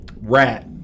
Rat